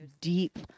deep